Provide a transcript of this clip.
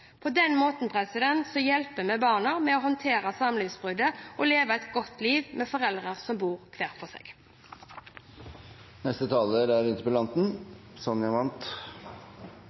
På den måten hjelper vi barna med å håndtere samlivsbruddet og leve et godt liv med foreldre som bor hver for